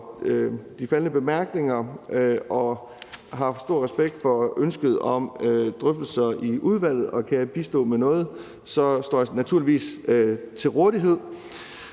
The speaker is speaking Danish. de faldne bemærkninger. Jeg har stor respekt for ønsket om drøftelser i udvalget, og kan jeg bistå med noget, står jeg naturligvis til rådighed.